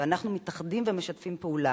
ואנחנו מתאחדים ומשתפים פעולה,